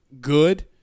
good